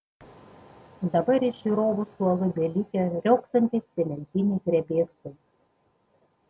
dabar iš žiūrovų suolų belikę riogsantys cementiniai grebėstai